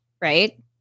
right